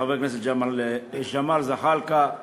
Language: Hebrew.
חבר הכנסת ג'מאל זחאלקה,